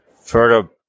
further